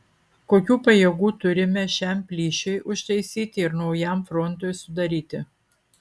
kokių pajėgų turime šiam plyšiui užtaisyti ir naujam frontui sudaryti